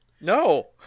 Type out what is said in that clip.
No